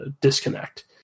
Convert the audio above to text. disconnect